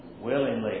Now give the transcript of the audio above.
Willingly